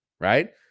right